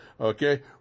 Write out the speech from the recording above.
Okay